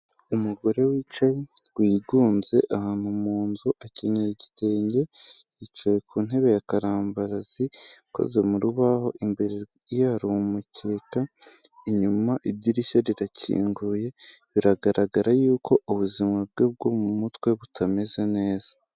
Umugore wicaye wigunze ahantu mu nzu, akenyeye igitenge, yicaye ku ntebe ya karambarazi ikoze mu rubaho, imbere ye hari umukeka, inyuma idirishya rirakinguye, biragaragara yuko ubuzima bwe bwo mu mutwe butameze neza.